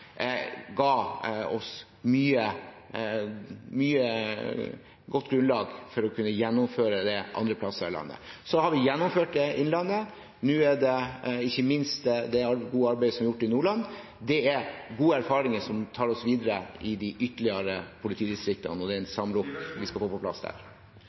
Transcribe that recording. ga oss mye godt grunnlag for å kunne gjennomføre det andre steder i landet. Vi har gjennomført det i Innlandet. Nå er ikke minst det gode arbeidet som er gjort i Nordland, gode erfaringer som tar oss videre i de ytterligere politidistrikter og den samlokaliseringen vi skal få på plass der.